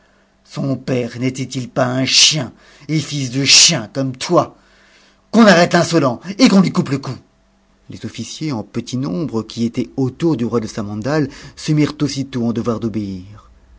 son père nétait it pas un chien et fils de chien comme toi qu'on arrête l'insolent et qu'on lui coupe le cou s u les officiers en petit nombre qui étaient autour du roi de samandal se mit'ent aussitôt en devoir d'obéir